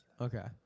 Okay